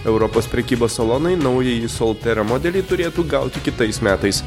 europos prekybos salonai naująjį soltera modelį turėtų gauti kitais metais